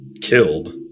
killed